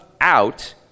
out